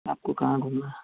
आपको कहाँ घूमना है